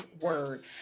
word